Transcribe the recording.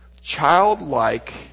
childlike